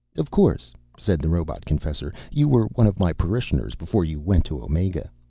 of course, said the robot-confessor. you were one of my parishioners before you went to omega.